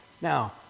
Now